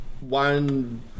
one